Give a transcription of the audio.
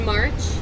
March